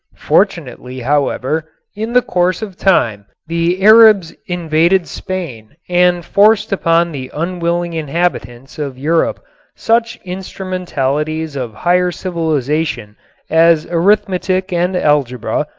fortunately, however, in the course of time the arabs invaded spain and forced upon the unwilling inhabitants of europe such instrumentalities of higher civilization as arithmetic and algebra,